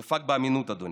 זה פאק באמינות, אדוני.